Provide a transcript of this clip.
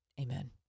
Amen